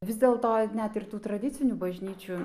vis dėlto net ir tų tradicinių bažnyčių